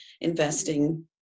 investing